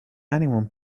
anyone